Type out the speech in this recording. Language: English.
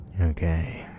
Okay